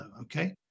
okay